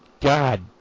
God